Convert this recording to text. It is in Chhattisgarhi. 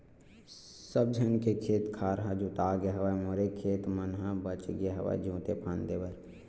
सब झन के खेत खार ह जोतागे हवय मोरे खेत मन ह बचगे हवय जोते फांदे बर